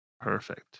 Perfect